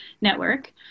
network